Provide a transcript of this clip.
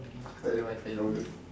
sekali must stay longer